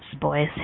boys